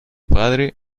padre